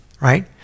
right